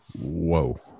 whoa